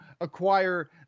acquire